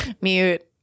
Mute